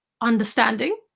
understanding